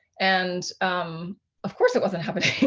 and um of course it wasn't happening.